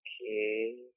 Okay